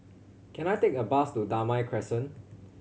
can I take a bus to Damai Crescent